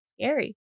Scary